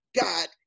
God